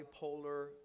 bipolar